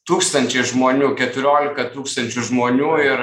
tūkstančiai žmonių keturiolika tūkstančių žmonių ir